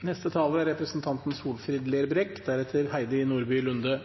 Forskjellane aukar i dette landet. Dei som har aller minst, får endå mindre. Arbeidslivet er